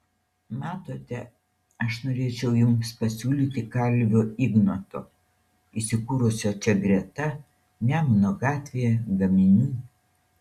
matote aš norėčiau jums pasiūlyti kalvio ignoto įsikūrusio čia greta nemuno gatvėje gaminių